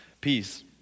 peace